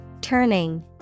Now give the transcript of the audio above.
Turning